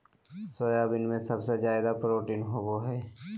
soybean में सबसे ज़्यादा प्रोटीन होबा हइ